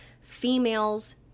females